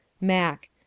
Mac